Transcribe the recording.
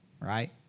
right